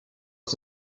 ist